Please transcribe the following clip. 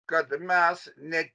kad mes ne